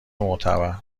معتبر